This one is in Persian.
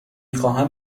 خواهم